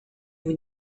vous